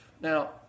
Now